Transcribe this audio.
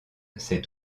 c’est